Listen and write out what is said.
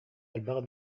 элбэх